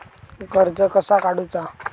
कर्ज कसा काडूचा?